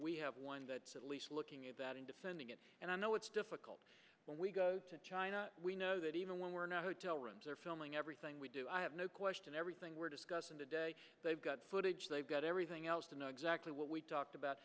we have one that's at least looking at that and defending it and i know it's difficult when we go to china we know that even when we're not hotel rooms or filming everything we do i have no question everything we're discussing today they've got footage they've got everything else to know exactly what we talked about